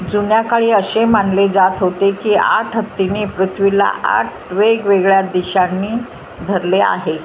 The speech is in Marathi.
जुन्याकाळी असे मानले जात होते की आठ हत्तींनी पृथ्वीला आठ वेगवेगळ्या दिशांनी धरले आहे